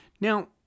Now